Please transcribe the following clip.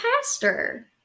pastor